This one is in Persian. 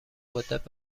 مدت